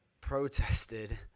protested